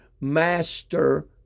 Master